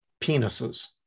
penises